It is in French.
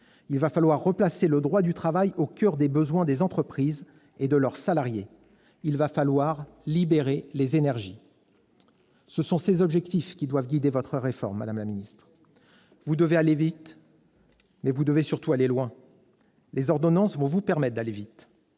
Il va falloir replacer le droit du travail au coeur des besoins des entreprises et de leurs salariés. Il va falloir libérer les énergies ! Ce sont ces objectifs qui doivent guider votre réforme, madame la ministre. Vous devez aller vite, mais vous devez surtout aller loin. Les ordonnances vont vous permettre d'aller vite,